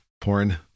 porn